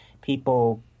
people